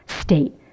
state